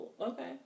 Okay